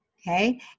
Okay